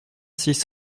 six